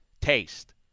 Taste